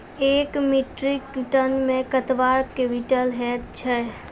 एक metric ton मे कतवा क्वींटल हैत छै?